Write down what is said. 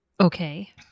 okay